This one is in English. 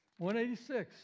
186